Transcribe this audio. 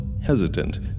hesitant